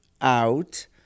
out